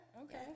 okay